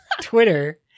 Twitter